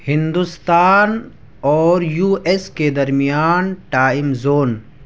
ہندوستان اور US کے درمیان ٹائم زون